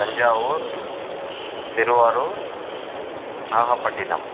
Thanjavur Thiruvarur Nagapattinam